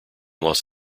los